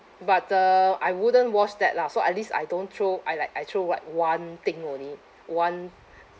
but uh I wouldn't wash that lah so at least I don't throw I like I throw what one thing only one